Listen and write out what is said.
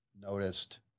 noticed